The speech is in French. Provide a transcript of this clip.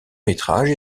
métrage